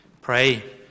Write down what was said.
pray